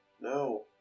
No